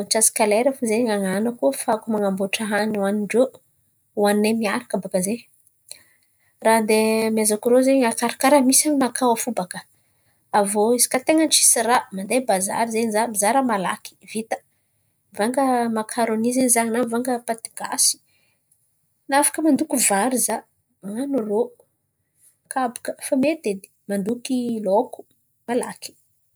antsasaka lera fo zen̈y an̈anako ahafahako man̈amboatra hany hoanin-drô, hoaninay miaraka baka zen̈y. Raha handeha amezako irô zen̈y arakaraka raha misy aminakà ao fo baka. Aviô izy kà zen̈y ten̈a ny tsisy raha, mandeha bazary zen̈y za mizaha raha malaky vita. Mivanga makarôny zen̈y za na mivanga paty gasy. Na afaka mandoky vary za. Man̈ano rô, kabaka, fa mety edy. Mandoky laoko, malaky.